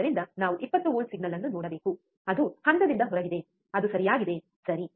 ಆದ್ದರಿಂದ ನಾವು 20 volt signal ಅನ್ನು ನೋಡಬೇಕು ಅದು ಹಂತದಿಂದ ಹೊರಗಿದೆ ಅದು ಸರಿಯಾಗಿದೆ ಸರಿ